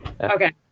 Okay